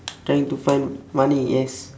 trying to find money yes